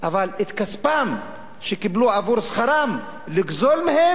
אבל את כספם, שקיבלו כשכרם, לגזול מהם?